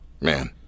Man